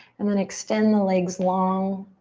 and then extend the legs long.